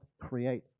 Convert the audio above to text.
create